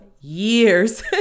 years